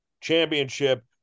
Championship